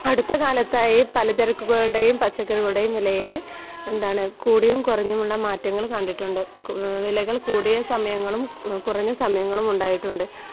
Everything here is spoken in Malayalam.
അടുത്തകാലത്തായി പലചരക്കുകളുടേയും പച്ചക്കറികളുടേയും വിലയിൽ എന്താണ് കൂടിയും കുറഞ്ഞുമുള്ള മാറ്റങ്ങൾ കണ്ടിട്ടുണ്ട് വിലകൾ കൂടിയ സമയങ്ങളും കുറഞ്ഞ സമയങ്ങളും ഉണ്ടായിട്ടുണ്ട്